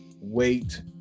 Wait